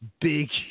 big